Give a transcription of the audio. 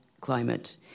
climate